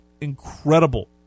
incredible